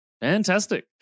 Fantastic